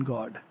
God।